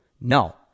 No